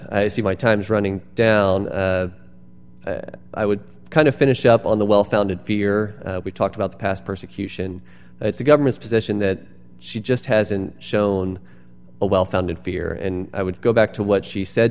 i see my time's running down i would kind of finish up on the well founded fear we talked about the past persecution it's the government's position that she just hasn't shown a well founded fear and i would go back to what she said